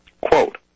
Quote